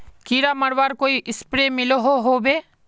कीड़ा मरवार कोई स्प्रे मिलोहो होबे?